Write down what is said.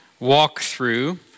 walkthrough